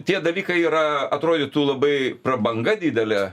tie dalykai yra atrodytų labai prabanga didelė